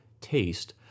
taste